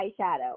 eyeshadow